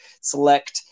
select